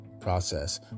process